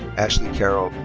ashley carol